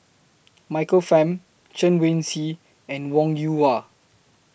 Michael Fam Chen Wen Hsi and Wong Yoon Wah